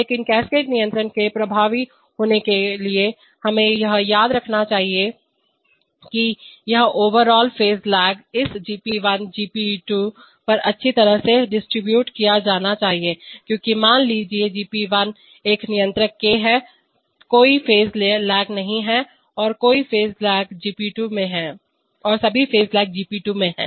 लेकिन कैस्केड नियंत्रण के प्रभावी होने के लिए हमें यह याद रखना चाहिए कि यह ओवर आल फेज लेग इस GP1 और GP2 पर अच्छी तरह से डिस्ट्रीब्यूट किया जाना चाहिए क्योंकि मान लीजिए GP1 एक निरंतर k है कोई फेज लेग नहीं है और सभी फेज लेग GP2 में है